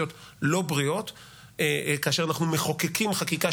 ברשות יושב-ראש הכנסת,